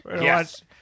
Yes